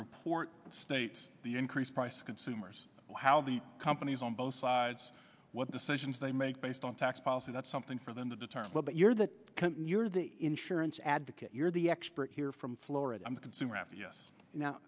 report states the increased price consumers how the companies on both sides what decisions they make based on tax policy that's something for them to determine well but you're the you're the insurance advocate you're the expert here from florida i'm a consumer app yes now